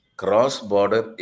cross-border